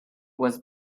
was